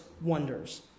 wonders